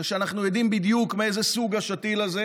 שאנחנו יודעים בדיוק מאיזה סוג השתיל הזה,